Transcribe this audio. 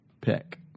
pick